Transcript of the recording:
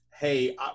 Hey